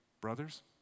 brothers